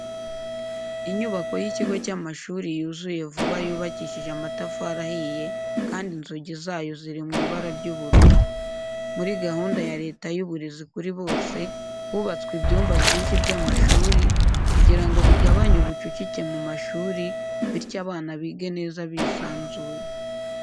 Inyubako y'ikigo cy'amashuri yuzuye vuba yubakishije amatafari ahiye kandi inzugi zayo ziri mu ibara ry'ubururu. Muri gahunda ya leta y'uburezi kuri bose, hubatswe ibyumba byinshi by'amashuri kugira ngo bigabanye ubucucike mu mashuri bityo abana bige neza bisanzuye.